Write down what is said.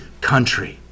country